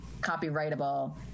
copyrightable